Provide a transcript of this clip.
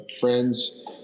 friends